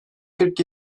kırk